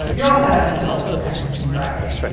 you're all caught up until next friday.